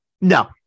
No